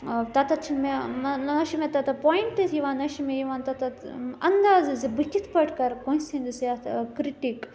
تَتَتھ چھِنہٕ مےٚ نہَ چھِ مےٚ تَتَتھ پویِنٛٹٕز یِوان نہ چھِ مےٚ یِوان تَتتھ اَندازٕ زِ بہٕ کِتھ پٲٹھۍ کَرٕ کٲنٛسہِ ہِنٛدِس یَتھ کِرٛٹِیٖک